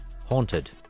Haunted